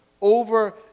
over